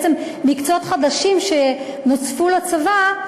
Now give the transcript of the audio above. בעצם מקצועות חדשים שנוספו לצבא,